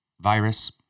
virus